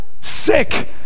sick